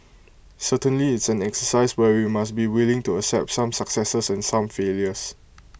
certainly it's an exercise where we must be willing to accept some successes and some failures